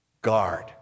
guard